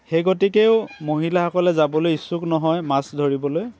সেইগতিকেও মহিলাসকলে যাবলৈ ইচ্ছুক নহয় মাছ ধৰিবলৈ